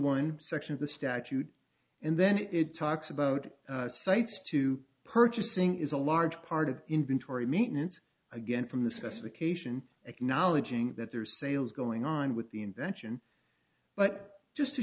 one section of the statute and then it talks about cites to purchasing is a large part of inventory maintenance again from the specification acknowledging that there are sales going on with the invention but just to